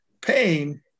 pain